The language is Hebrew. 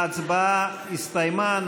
ההצבעה הסתיימה.